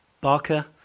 Barker